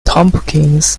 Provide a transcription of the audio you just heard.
tompkins